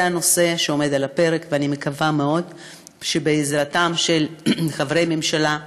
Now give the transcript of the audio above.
זה הנושא שעומד על הפרק ואני מקווה מאוד שבעזרתם של חברי ממשלה,